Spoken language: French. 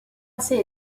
assez